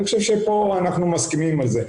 אני חושב שפה אנחנו מסכימים על זה.